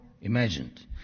imagined